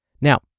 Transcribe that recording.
Now